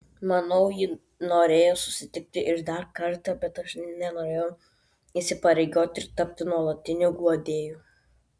manau ji norėjo susitikti ir dar kartą bet aš nenorėjau įsipareigoti ir tapti nuolatiniu guodėju